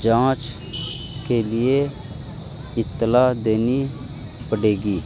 جانچ کے لیے اطلاع دینی پڑے گی